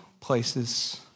places